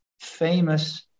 famous